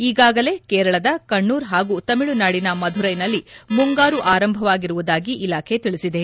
ಈಗಾಗಲೇ ಕೇರಳದ ಕಣ್ಣೂರ್ ಹಾಗೂ ತಮಿಳುನಾಡಿನ ಮಧುರೈನಲ್ಲಿ ಮುಂಗಾರು ಆರಂಭವಾಗಿರುವುದಾಗಿ ಇಲಾಖೆ ತಿಳಿಸಿದೆ